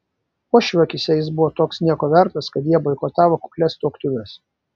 uošvių akyse jis buvo toks nieko vertas kad jie boikotavo kuklias tuoktuves